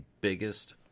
biggest